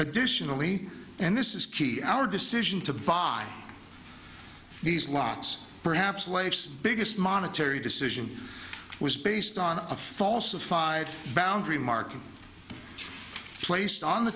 additionally and this is key our decision to buy these locks perhaps life's biggest monetary decision was based on a falsified boundary market placed on the